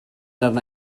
arna